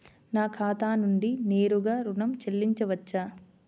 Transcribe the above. నా ఖాతా నుండి నేరుగా ఋణం చెల్లించవచ్చా?